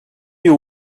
you